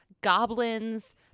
Goblins